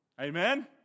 Amen